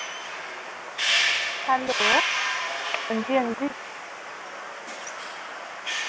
hello अंजी अंजी